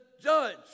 judge